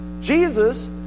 Jesus